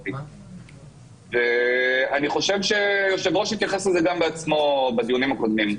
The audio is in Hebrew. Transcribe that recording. אני חושב שהיושב ראש התייחס לזה בדיונים הקודמים.